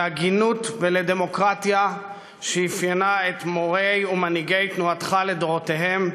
להגינות ולדמוקרטיה שאפיינה את מורי ומנהיגי תנועתך לדורותיהם.